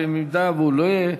ואם הוא לא יהיה,